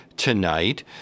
tonight